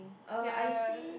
uh I see